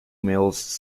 mills